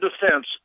defense